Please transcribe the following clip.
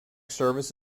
service